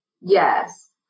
Yes